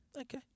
Okay